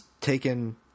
taken